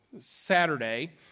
Saturday